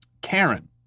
Karen